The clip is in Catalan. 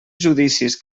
judicis